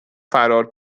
فرار